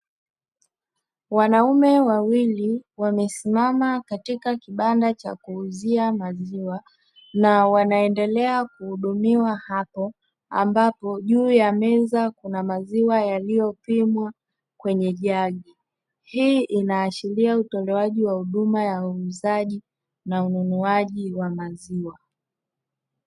Wanaume wawili wamesimama katika kibanda cha kuuzia maziwa, na wanaendelea kuudumiwa maziwa hapo, ambapo juu ya meza kuna maziwa yaliyopimwa kwenye jagi, hii inaashiria utolewaji wa huduma ya uuzaji na ununaji wa maziwa.